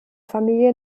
familie